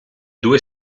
due